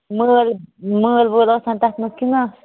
مٲل مٲل وٲل آسان تتھ منٛز کِنۍ نہ